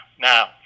Now